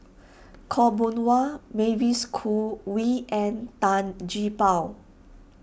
Khaw Boon Wan Mavis Khoo Oei and Tan Gee Paw